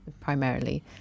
primarily